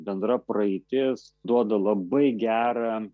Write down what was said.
bendra praeitis duoda labai gerą